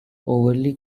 overly